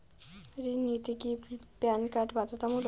ঋণ নিতে কি প্যান কার্ড বাধ্যতামূলক?